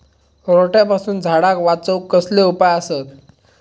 रोट्यापासून झाडाक वाचौक कसले उपाय आसत?